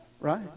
Right